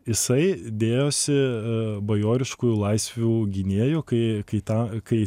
jisai dėjosi bajoriškųjų laisvių gynėju kai kaitą kai